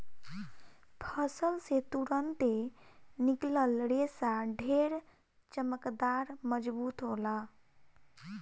फसल से तुरंते निकलल रेशा ढेर चमकदार, मजबूत होला